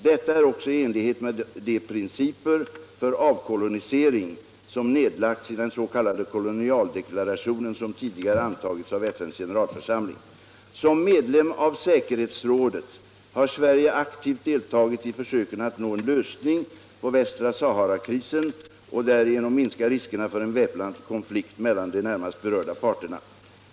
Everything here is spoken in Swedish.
Detta är också i enlighet med de principer för avkolonisering som nedlagts i den s.k. kolonialdeklarationen, vilken tidigare antagits av FN:s generalförsamling. Som medlem av säkerhetsrådet har Sverige aktivt deltagit i försöken att nå en lösning på krisen i västra Sahara och därigenom minska riskerna för en väpnad konflikt mellan de närmast berörda parterna.